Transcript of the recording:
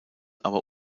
aber